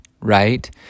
right